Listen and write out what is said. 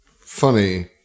funny